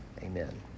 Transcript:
Amen